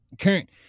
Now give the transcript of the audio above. current